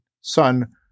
son